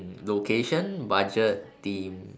mm location budget theme